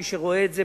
מי שרואה את זה,